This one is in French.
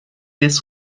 lès